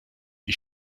die